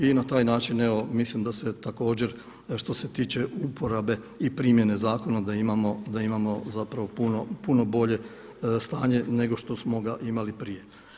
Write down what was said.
I na taj način evo mislim da se također što se tiče uporabe i primjene zakona da imamo zapravo puno bolje stanje nego što smo ga imali prije.